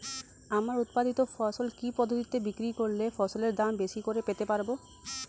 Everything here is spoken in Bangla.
আমার উৎপাদিত ফসল কি পদ্ধতিতে বিক্রি করলে ফসলের দাম বেশি করে পেতে পারবো?